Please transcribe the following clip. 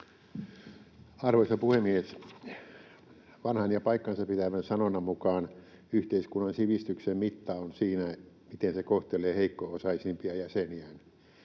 Arvoisa puhemies! Vanhan ja paikkansa pitävän sanonnan mukaan yhteiskunnan sivistyksen mitta on siinä, miten se kohtelee heikko-osaisimpia jäseniään.